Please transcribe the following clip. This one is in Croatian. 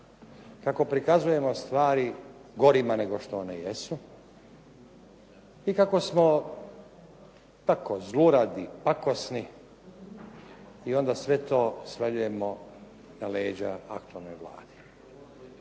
Kako prikazujemo stvari gorima nego što one jesu i kako smo tako zluradi, pakosni i onda sve to svaljujemo na leđa aktualne Vlade.